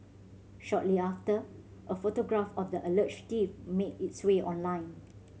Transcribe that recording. shortly after a photograph of the alleged thief made its way online